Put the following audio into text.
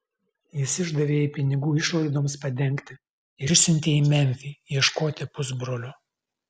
jis išdavė jai pinigų išlaidoms padengti ir išsiuntė į memfį ieškoti pusbrolio